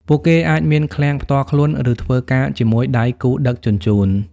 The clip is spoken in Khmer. ពួកគេអាចមានឃ្លាំងផ្ទាល់ខ្លួន ឬធ្វើការជាមួយដៃគូដឹកជញ្ជូន។